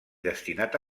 destinat